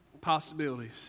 possibilities